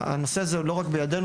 הנושא הזה לא רק בידינו,